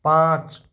पाँच